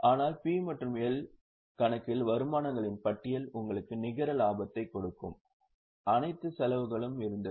ஆனால் P மற்றும் L கணக்கில் வருமானங்களின் பட்டியல் உங்களுக்கு நிகர லாபத்தைக் கொடுக்கும் அனைத்து செலவுகளும் இருந்தது